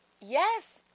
Yes